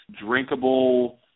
drinkable